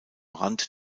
rand